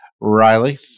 Riley